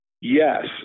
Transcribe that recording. Yes